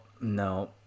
no